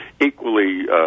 equally